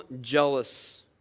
jealous